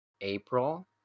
April